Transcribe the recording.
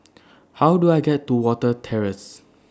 How Do I get to Watten Terrace